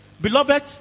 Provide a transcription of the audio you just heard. Beloved